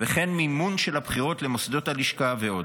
מימון של הבחירות למוסדות הלשכה ועוד.